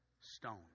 stone